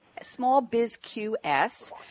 SmallBizQS